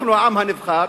אנחנו העם הנבחר,